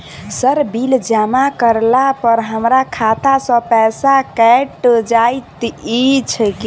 Sir bill जमा करला पर हमरा खाता सऽ पैसा कैट जाइत ई की?